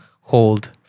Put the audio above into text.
hold